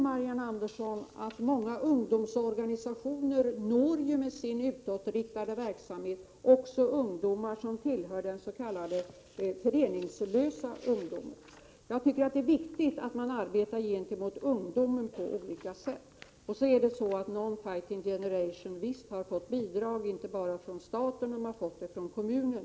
Marianne Andersson, många ungdomsorganisationer når faktiskt med sin utåtriktade verksamhet också ungdomar som tillhör den s.k. föreningslösa ungdomen. Jag tycker att det är viktigt att man arbetar gentemot ungdomen på olika sätt. Jag vill även säga att A Non Fighting Generation visst har fått bidrag, inte bara från staten utan även från kommunen.